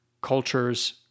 cultures